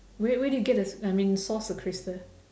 where where do you get this I mean source the crystal